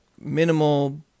minimal